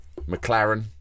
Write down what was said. McLaren